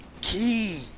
key